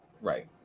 Right